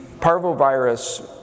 parvovirus